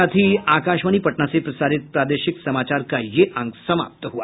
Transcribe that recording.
इसके साथ ही आकाशवाणी पटना से प्रसारित प्रादेशिक समाचार का ये अंक समाप्त हुआ